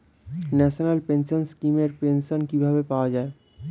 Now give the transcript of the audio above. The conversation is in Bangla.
ন্যাশনাল পেনশন স্কিম এর পেনশন কিভাবে পাওয়া যায়?